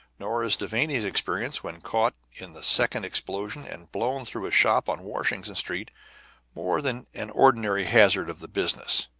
nor is devanny's experience when caught in the second explosion and blown through a shop on washington street more than an ordinary hazard of the business.